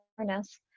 awareness